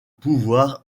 pouvoir